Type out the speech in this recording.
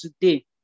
today